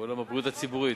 בעולם הבריאות הציבורית.